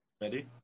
Ready